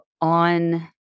on